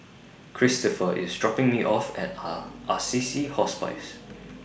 Cristopher IS dropping Me off At Are Assisi Hospice